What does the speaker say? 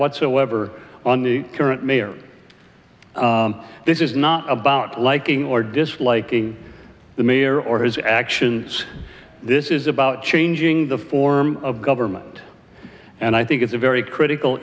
whatsoever on the current mayor this is not about liking or disliking the mayor or his actions this is about changing the form of government and i think it's a very critical